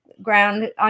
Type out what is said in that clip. Ground